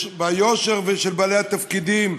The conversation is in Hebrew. ביושר של בעלי התפקידים,